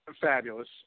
fabulous